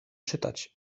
czytać